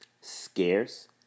scarce